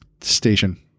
station